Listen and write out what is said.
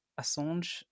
Assange